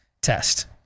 test